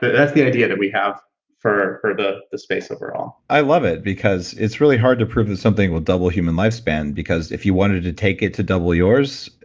that's the idea that we have for for the the space overall. i love it, because it's really hard to prove that something will double human lifespan, because if you wanted to take it to double yours,